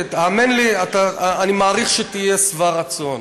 האמן לי, אני מעריך שתהיה שבע רצון,